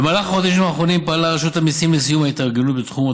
במהלך החודשים האחרונים פעלה רשות המיסים לסיום ההתארגנות בתחום.